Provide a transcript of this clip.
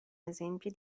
esempio